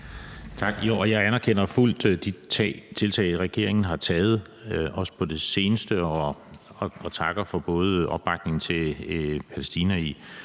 Jo, og jeg anerkender fuldt de tiltag, regeringen har taget, også på det seneste, og takker for både opbakningen til Palæstina i